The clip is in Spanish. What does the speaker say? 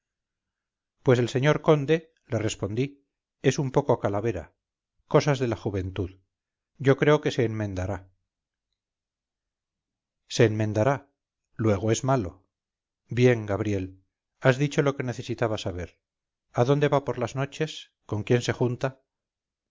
pues el señor conde le respondí es un poco calavera cosas de la juventud yo creo que se enmendará se enmendará luego es malo bien gabriel has dicho lo que necesitaba saber a dónde va por las noches con quién se junta